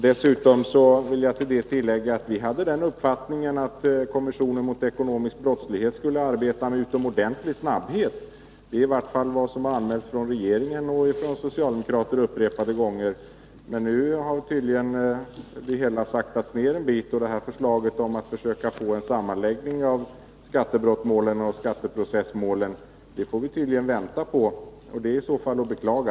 Dessutom vill jag tillägga att vi hade den uppfattningen att kommissionen mot ekonomisk brottslighet skulle arbeta med utomordentlig snabbhet. Det är i varje fall vad som har anmälts från regeringen och socialdemokraterna upprepade gånger. Nu har arbetet tydligen saktats ned. Förslaget om en sammanläggning av skattebrottmål och skattemål får vi tydligen vänta på, vilket är att beklaga.